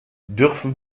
dürfen